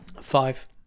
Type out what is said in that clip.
Five